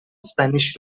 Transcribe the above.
spanish